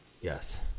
yes